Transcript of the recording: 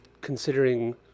Considering